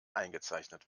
eingezeichnet